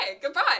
goodbye